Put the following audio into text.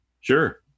Sure